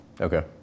Okay